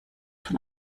von